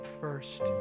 first